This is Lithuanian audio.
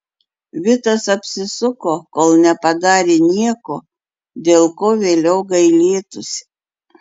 vitas apsisuko kol nepadarė nieko dėl ko vėliau gailėtųsi